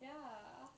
ya